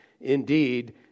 Indeed